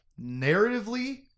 narratively